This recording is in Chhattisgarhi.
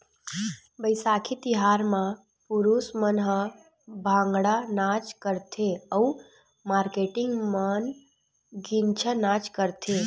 बइसाखी तिहार म पुरूस मन ह भांगड़ा नाच करथे अउ मारकेटिंग मन गिद्दा नाच करथे